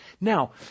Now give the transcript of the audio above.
Now